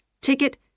ticket